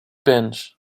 bench